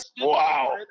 Wow